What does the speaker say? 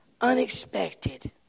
unexpected